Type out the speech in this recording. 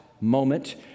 moment